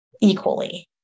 equally